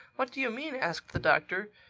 what do you mean? asked the doctor.